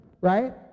right